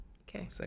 Okay